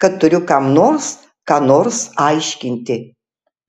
kad turiu kam nors ką nors aiškinti